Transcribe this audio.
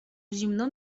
zimno